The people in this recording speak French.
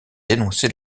dénoncé